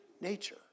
nature